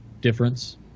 difference